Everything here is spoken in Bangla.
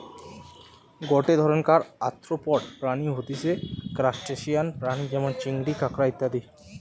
গটে ধরণকার আর্থ্রোপড প্রাণী হতিছে ত্রুসটাসিয়ান প্রাণী যেমন চিংড়ি, কাঁকড়া ইত্যাদি